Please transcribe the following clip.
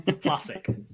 classic